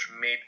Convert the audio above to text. made